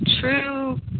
true